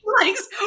likes